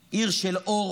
עיר של אור,